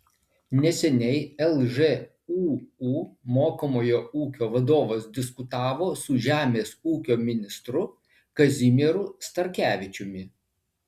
neseniai lžūu mokomojo ūkio vadovas diskutavo su žemės ūkio ministru kazimieru starkevičiumi